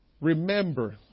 Remember